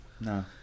No